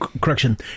Correction